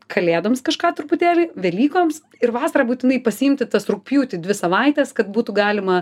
kalėdoms kažką truputėlį velykoms ir vasarą būtinai pasiimti tas rugpjūtį dvi savaites kad būtų galima